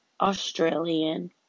Australian